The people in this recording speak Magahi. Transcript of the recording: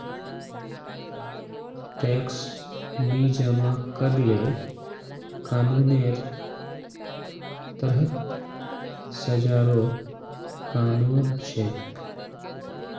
टैक्स नी जमा करले कानूनेर तहत सजारो कानून छेक